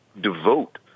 devote